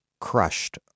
crushed